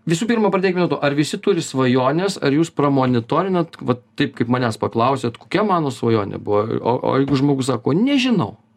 visų pirma pradėkime nuo to ar visi turi svajones ar jūs pramonitorinat vat taip kaip manęs paklausėt kokia mano svajonė buvo o jeigu žmogus sako nežinau